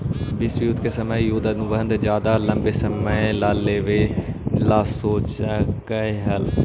विश्व युद्ध के समय युद्ध अनुबंध ज्यादा लंबे समय ला लेवे ला न सोचकई हल